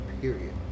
period